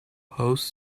host